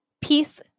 peace